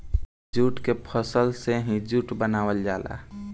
jute के फसल से ही जूट बनावल जाला